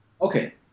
Okay